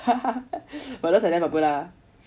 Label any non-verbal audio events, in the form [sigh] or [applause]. [laughs] I realised I damn bipolar